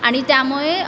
आणि त्यामुळे